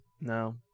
No